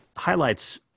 highlights